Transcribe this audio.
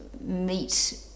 meet